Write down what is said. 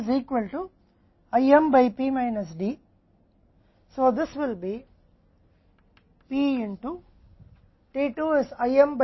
अब यहाँ से t 1 P माइनस D द्वारा s के बराबर है